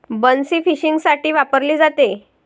बन्सी फिशिंगसाठी वापरली जाते